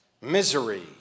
misery